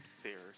serious